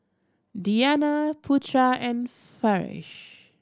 Diyana Putera and Farish